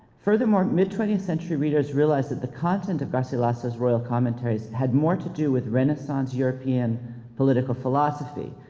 furthermore, mid twentieth century readers realized that the content of garcilaso's royal commentaries had more to do with renaissance european political philosophy,